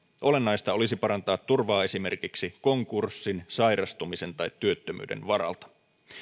olennaista olisi parantaa turvaa esimerkiksi konkurssin sairastumisen tai työttömyyden varalta